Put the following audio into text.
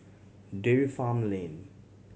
Dairy Farm Lane